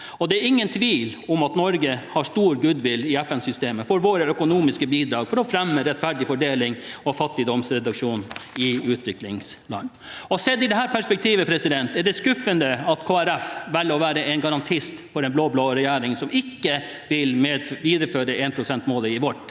Det er ingen tvil om at Norge har goodwill i FN-systemet for våre økonomiske bidrag for å fremme rettferdig fordeling og fattigdomsreduksjon i utviklingsland. Og sett i dette perspektivet er det skuffende at Kristelig Folkeparti velger å være en garantist for en blå-blå regjering, som ikke vil videreføre 1 pst.-målet i vårt